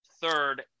third